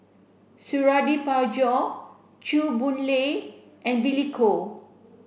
Suradi Parjo Chew Boon Lay and Billy Koh